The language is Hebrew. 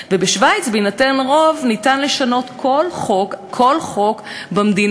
חוק ומשפט וועדת הכנסת להצעת חוק משאל